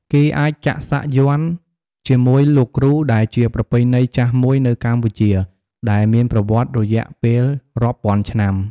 គេអាចចាក់សាក់យ័ន្តជាមួយលោកគ្រូដែលជាប្រពៃណីចាស់មួយនៅកម្ពុជា ដែលមានប្រវត្តិរយៈពេលរាប់ពាន់ឆ្នាំ។